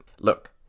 look